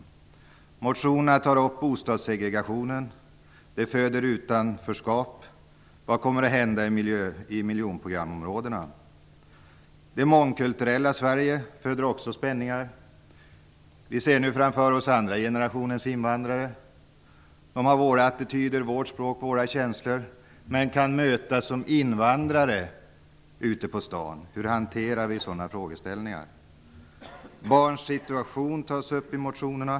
I motioner tas också bostadssegregationen upp. Den föder utanförskap. Vad kommer att hända i miljonprogramsområdena? Också det mångkulturella Sverige föder spänningar. Vi ser nu framför oss andra generationens invandrare. De har våra attityder, vårt språk och våra känslor, men kan mötas som invandrare ute på stan. Hur hanterar vi sådana frågeställningar? Barns situation tas upp i motionerna.